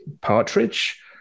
Partridge